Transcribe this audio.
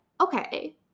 okay